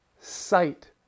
sight